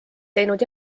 teinud